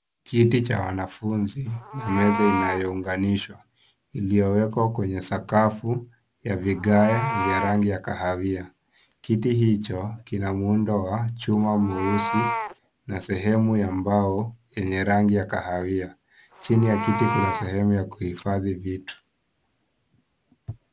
Kiti cha wanafunzi na meza iliyounganishwa iliyowekwa kwenye sakafu yenye vigae vya rangi ya kahawia. Kiti hicho kina muundo wa chuma mweusi na sehemu ya mbao yenye rangi ya kahawia. Chini ya kiti kuna sehemu ya kuhifadhi vitu.